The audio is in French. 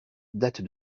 date